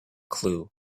clue